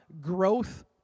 growth